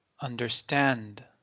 understand